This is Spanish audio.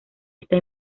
está